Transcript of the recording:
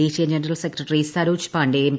ദേശീയ general secretary Saroj Pandey M